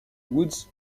woods